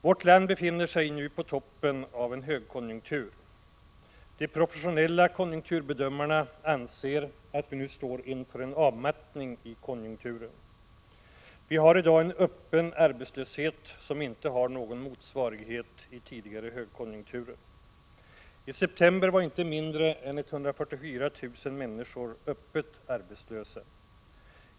Vårt land befinner sig nu på toppen av en högkonjunktur. De professionella konjunkturbedömarna anser att vi nu står inför en avmattning av konjunkturen. Vi har i dag en öppen arbetslöshet som inte har någon motsvarighet i tidigare högkonjunkturer. I september var inte mindre än 144 000 människor öppet arbetslösa.